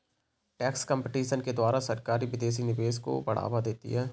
tax competition के द्वारा सरकारी विदेशी निवेश को बढ़ावा देती है